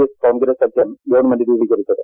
S Congress സഖ്യം government രൂപീകരിച്ചത്